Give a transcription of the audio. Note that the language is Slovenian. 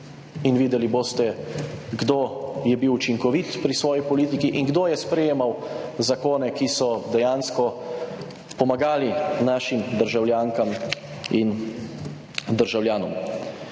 in videli boste, kdo je bil učinkovit pri svoji politiki in kdo je sprejemal zakone, ki so dejansko pomagali našim državljankam in državljanom